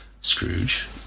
Scrooge